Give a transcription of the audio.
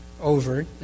over